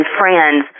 friends